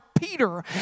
Peter